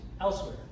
elsewhere